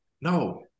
No